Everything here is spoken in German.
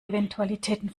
eventualitäten